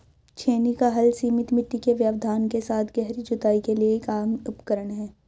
छेनी का हल सीमित मिट्टी के व्यवधान के साथ गहरी जुताई के लिए एक आम उपकरण है